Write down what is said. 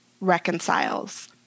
reconciles